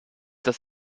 das